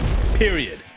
period